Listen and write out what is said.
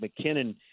McKinnon